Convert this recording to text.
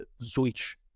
switch